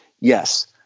Yes